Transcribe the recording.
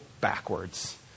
backwards